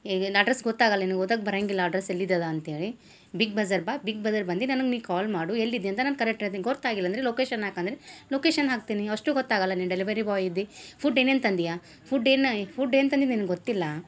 ಈಗಿನ ಅಡ್ರಸ್ ಗೊತ್ತಾಗಲ್ಲ ನಿನಗೆ ಓದಕ್ಕೆ ಬರಂಗಿಲ್ಲ ಅಡ್ರಸ್ ಎಲ್ಲಿದ್ದದ ಅಂತ್ಹೇಳಿ ಬಿಗ್ ಬಝಾರ್ ಬಾ ಬಿಗ್ ಬಜಾರ್ ಬಂದು ನನಗೆ ನೀ ಕಾಲ್ ಮಾಡು ಎಲ್ಲಿದ್ದೀ ಅಂತ ನಾನು ಕರೆಕ್ಟ್ ಹೇಳ್ತೀನಿ ಗೊರ್ತಾಗಿಲ್ಲಂದ್ರೆ ಲೊಕೇಶನ್ ಹಾಕಂದರೆ ಲೊಕೇಶನ್ ಹಾಕ್ತೀನಿ ಅಷ್ಟೂ ಗೊತ್ತಾಗಲ್ಲ ನೀ ಡೆಲಿವರಿ ಬಾಯ್ ಇದ್ದೀ ಫುಡ್ ಏನೇನು ತಂದ್ಯಾ ಫುಡ್ ಏನು ಫುಡ್ ಏನು ತಂದೆ ನಿನಗೆ ಗೊತ್ತಿಲ್ಲ